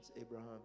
Abraham